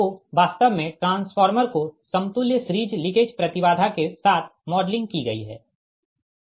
तो वास्तव में ट्रांसफार्मर को समतुल्य सीरिज़ लीकेज प्रति बाधा के साथ मॉडलिंग की गई है